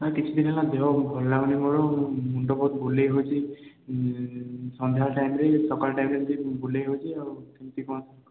କିଛି ଦିନ ହେଲା ଦେହ ଭଲ ଲାଗୁନି ମୋର ମୁଣ୍ଡ ବହୁତ ବୁଲାଇହେଉଛି ସନ୍ଧ୍ୟା ଟାଇମ୍ରେ ସକାଳ ଟାଇମ୍ରେ ବୁଲାଇହେଉଛି ଆଉ କେମିତି କ'ଣ